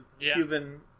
Cuban